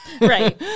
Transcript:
Right